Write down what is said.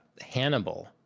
hannibal